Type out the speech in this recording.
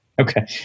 Okay